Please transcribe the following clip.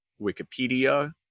Wikipedia